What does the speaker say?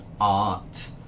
art